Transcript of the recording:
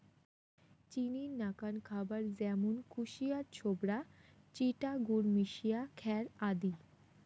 চিনির নাকান খাবার য্যামুন কুশিয়ার ছোবড়া, চিটা গুড় মিশিয়া খ্যার আদি